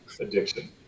addiction